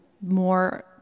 more